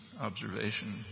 observation